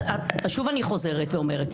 אז את, שוב אני חוזרת ואומרת.